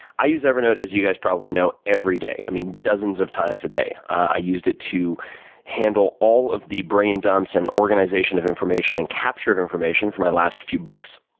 i use evernote, as you guys probably know, every day. i mean dozens of times a day. i used it to handle all of the brain dumps and organization of information and capture of information for my last few books.